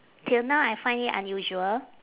till now I find it unusual